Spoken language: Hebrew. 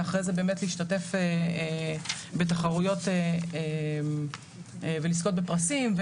ואחרי זה להשתתף בתחרויות ולזכות בפרסים,